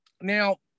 now